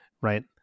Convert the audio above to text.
right